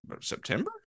September